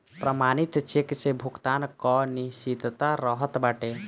प्रमाणित चेक से भुगतान कअ निश्चितता रहत बाटे